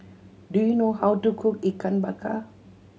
do you know how to cook Ikan Bakar